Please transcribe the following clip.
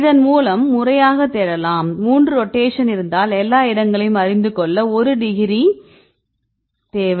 அதன் மூலம் முறையாக தேடலாம் 3 ரொட்டேஷன் இருந்தால் எல்லா இடங்களையும் அறிந்துக்கொள்ள ஒரு டிகிரி தேவை